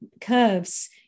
curves